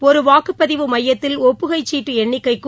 ஒரு வாக்குப்பதிவு மையத்தில் ஒப்புகைச் சீட்டு எண்ணிக்கைக்கும்